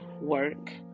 work